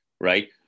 right